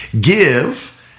Give